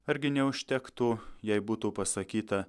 argi neužtektų jei būtų pasakyta